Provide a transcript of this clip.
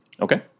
Okay